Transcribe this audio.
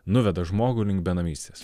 nuveda žmogų link benamystės